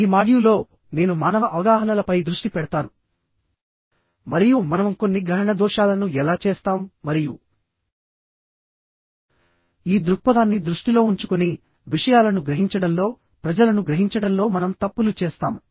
ఈ మాడ్యూల్లో నేను మానవ అవగాహనల పై దృష్టి పెడతాను మరియు మనం కొన్ని గ్రహణ దోషాల ను ఎలా చేస్తాం మరియు ఈ దృక్పథాన్ని దృష్టిలో ఉంచుకుని విషయాలను గ్రహించడంలోప్రజలను గ్రహించడంలో మనం తప్పులు చేస్తాము